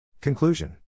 Conclusion